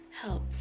help